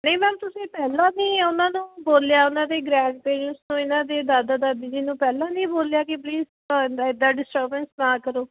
ਨਹੀਂ ਮੈਮ ਤੁਸੀਂ ਪਹਿਲਾਂ ਵੀ ਉਹਨਾਂ ਨੂੰ ਬੋਲਿਆ ਉਹਨਾਂ ਦੇ ਗ੍ਰੈਂਡ ਪੇਰੈਂਟਸ ਤੋਂ ਇਹਨਾਂ ਦੇ ਦਾਦਾ ਦਾਦੀ ਜੀ ਨੂੰ ਪਹਿਲਾਂ ਨਹੀਂ ਬੋਲਿਆ ਕਿ ਪਲੀਜ਼ ਇੱਦਾਂ ਇੱਦਾਂ ਡਿਸਟਰਬੈਂਸ ਨਾ ਕਰੋ